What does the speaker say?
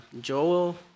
Joel